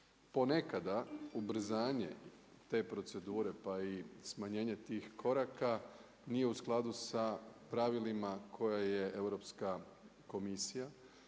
Ponekada ubrzanje te procedure, pa i smanjenje tih koraka nije u skladu sa pravilima koje je Europska komisija